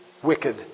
wicked